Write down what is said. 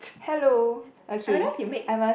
hello okay I must